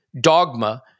dogma